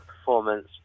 performance